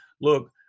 Look